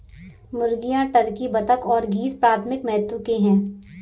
मुर्गियां, टर्की, बत्तख और गीज़ प्राथमिक महत्व के हैं